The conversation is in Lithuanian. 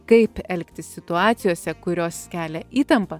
kaip elgtis situacijose kurios kelia įtampą